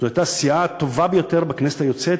זו הייתה הסיעה הטובה ביותר בכנסת היוצאת,